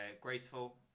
graceful